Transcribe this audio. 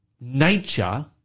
nature